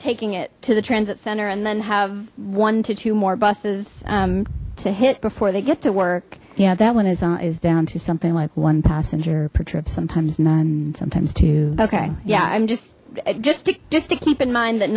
taking it to the transit center and then have one to two more buses to hit before they get to work yeah that one is on is down to something like one passenger per trip sometimes none sometimes two okay yeah i'm just just just to keep in mind that